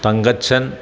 Thankachan